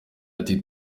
ati